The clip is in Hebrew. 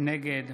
נגד